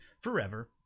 forever